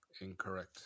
Incorrect